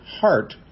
heart